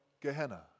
Gehenna